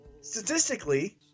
Statistically